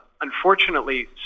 Unfortunately